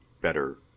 better